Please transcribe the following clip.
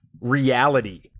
reality